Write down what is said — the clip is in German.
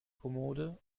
kommode